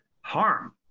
harm